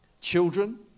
children